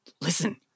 Listen